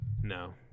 No